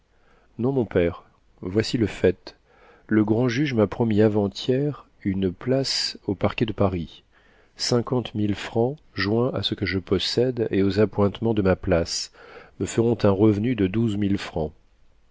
non mon père voici le fait le grand-juge m'a promis avant-hier une place au parquet de paris cinquante mille francs joints à ce que je possède et aux appointements de ma place me feront un revenu de douze mille francs